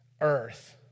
earth